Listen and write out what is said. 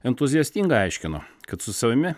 entuziastingai aiškino kad su savimi